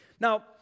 Now